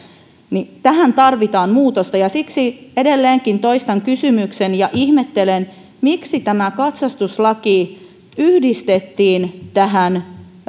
tarvitaan muutosta siksi edelleenkin toistan kysymyksen ja ihmettelen miksi katsastuslaki yhdistettiin